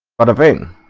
but then